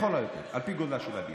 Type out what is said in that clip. לכל היותר, על פי גודלה של הדירה.